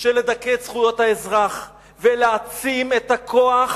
של לדכא את זכויות האזרח ולהעצים את הכוח